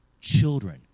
Children